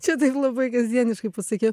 čia taip labai kasdieniškai pasakiau